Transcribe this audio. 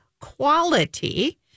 quality